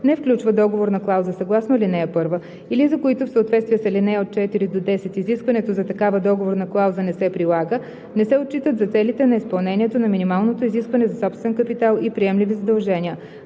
не включи договорна клауза съгласно ал. 1, или за които, в съответствие с ал. 4 – 10, изискването за такава договорна клауза не се прилага, не се отчитат за целите на изпълнението на минималното изискване за собствен капитал и приемливи задължения.